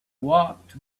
walked